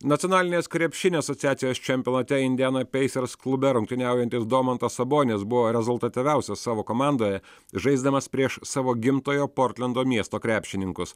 nacionalinės krepšinio asociacijos čempionate indianoj pacers klube rungtyniaujantis domantas sabonis buvo rezultatyviausias savo komandoje žaisdamas prieš savo gimtojo portlendo miesto krepšininkus